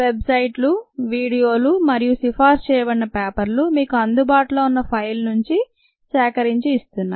web సైట్లు వీడియోలు మరియు సిఫారసు చేయబడిన పేపర్లు మీకు అందుబాటులో ఉన్న ఫైలు నుంచి సేకరించి ఇస్తున్నాం